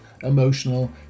emotional